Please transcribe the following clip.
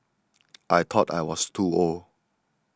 I thought I was too old